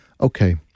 okay